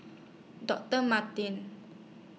Doctor Martens